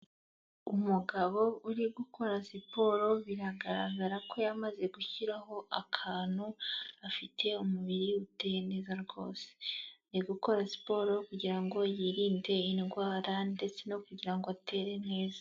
Umugabo uri gukora siporo biragaragara ko yamaze gushyiraho akantu, afite umubiri uteye neza rwose, ari gukora siporo kugira ngo yirinde indwara ndetse no kugira ngo atere neza.